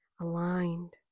aligned